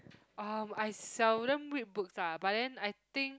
um I seldom read books lah but then I think